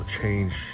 change